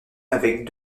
avec